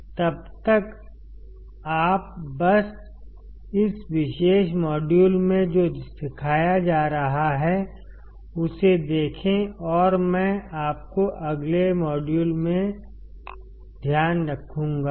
तब तक आप बस इस विशेष मॉड्यूल में जो सिखाया जा रहा है उसे देखें और मैं आपको अगले मॉड्यूल में ध्यान रखूंगा